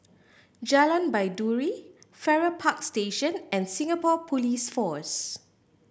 Jalan Baiduri Farrer Park Station and Singapore Police Force